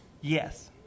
Yes